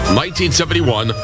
1971